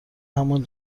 همان